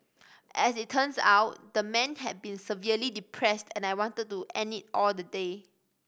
as it turns out the man had been severely depressed and wanted to end it all the day